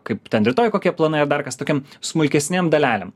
kaip ten rytoj kokie planai ar dar kas tokiam smulkesnėm dalelėm